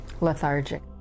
lethargic